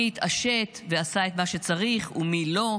מי התעשת ועשה את מה שצריך, ומי לא?